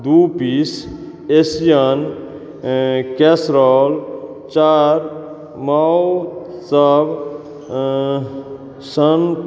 दू piece Asian casserole चारि माओसब सन